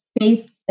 faith